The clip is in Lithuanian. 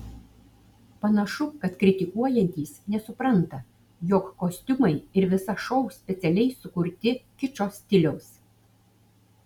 panašu kad kritikuojantys nesupranta jog kostiumai ir visas šou specialiai sukurti kičo stiliaus